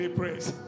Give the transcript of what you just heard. praise